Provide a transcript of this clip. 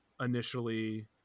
initially